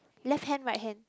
left hand right hand